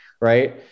right